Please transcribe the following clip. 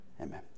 Amen